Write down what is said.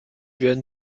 werden